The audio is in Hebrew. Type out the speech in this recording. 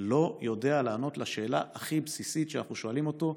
לא יודע לענות על השאלה הכי בסיסית שאנחנו שואלים אותו: